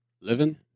living